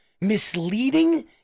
misleading